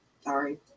Sorry